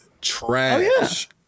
trash